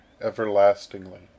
everlastingly